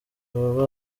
baba